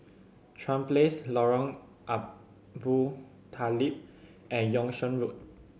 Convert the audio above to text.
Chuan Place Lorong Abu Talib and Yung Sheng Road